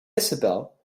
isabel